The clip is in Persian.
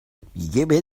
من، خودمن، دوستام، کلی